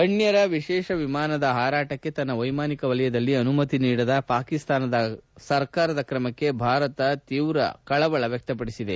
ಗಣ್ಯರ ವಿಶೇಷ ವಿಮಾನದ ಹಾರಾಟಕ್ಕೆ ತನ್ನ ವ್ಯೆಮಾನಿಕ ವಲಯದಲ್ಲಿ ಅನುಮತಿ ನೀಡದ ಪಾಕಿಸ್ತಾನ ಸರ್ಕಾರದ ಕ್ರಮಕ್ಕೆ ಭಾರತ ತೀವ್ರ ಕಳವಳ ವ್ಯಕ್ತಪಡಿಸಿದೆ